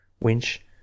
Winch